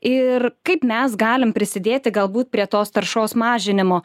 ir kaip mes galim prisidėti galbūt prie tos taršos mažinimo